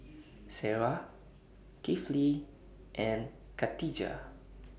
Sarah Kifli and Khatijah